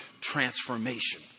transformation